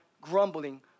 grumbling